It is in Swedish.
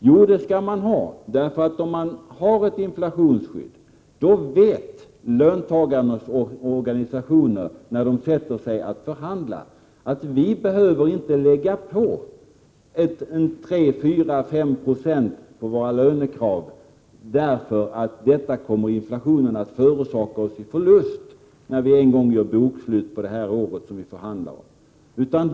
Jo, det skall man ha därför att om man har ett inflationsskydd vet löntagarnas organisationer när de sätter sig att förhandla, att de inte behöver lägga på 3-5 20 på sina lönekrav för att kompensera den förlust som inflationen orsakar när man gör bokslut för det år som man förhandlar om.